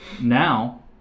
now